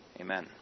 amen